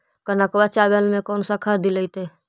कनकवा चावल में कौन से खाद दिलाइतै?